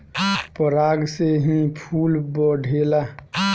पराग से ही फूल बढ़ेला